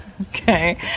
Okay